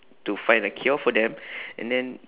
to find a cure for them and then